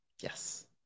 Yes